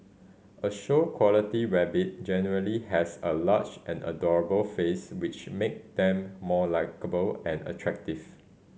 a show quality rabbit generally has a large and adorable face which make them more likeable and attractive